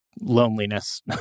loneliness